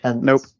Nope